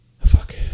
Fuck